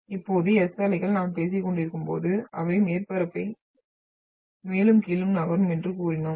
இப்போது S அலைகள் நாம் பேசிக்கொண்டிருக்கும்போது அவை மேற்பரப்பை மேலும் கீழும் நகரும் என்று கூறினோம்